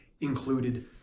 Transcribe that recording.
included